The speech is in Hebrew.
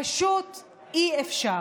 פשוט אי-אפשר.